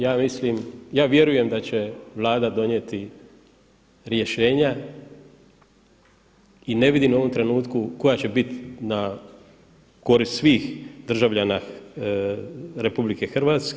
Ja vjerujem da će Vlada donijeti rješenja i ne vidimo u ovom trenutku, koja će biti na korist svih državljana RH.